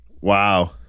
Wow